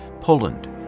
Poland